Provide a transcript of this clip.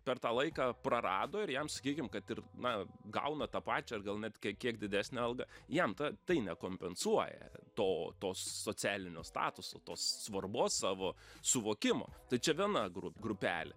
per tą laiką prarado ir jam sakykim kad ir na gauna tą pačią ar gal net kiek kiek didesnę algą jam ta tai nekompensuoja to to socialinio statuso tos svarbos savo suvokimo tai čia viena gru grupelė